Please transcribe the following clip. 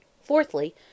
Fourthly